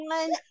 one